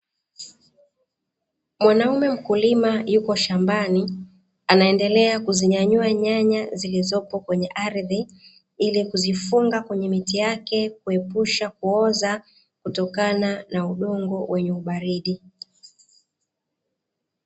Mwanaume mkulima yupo shambani anaendelea kuzinyanyua nyanya zilizopo kwenye ardhi, ili kuzifunga kwenye miti yake kuepusha kuoza kutokana na udongo wenye ubaridi.